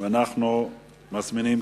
ואנחנו מזמינים,